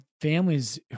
families